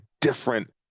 different